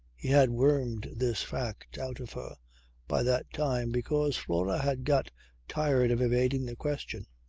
he had wormed this fact out of her by that time because flora had got tired of evading the question.